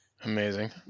Amazing